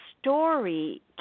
story